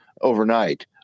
overnight